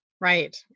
Right